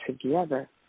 together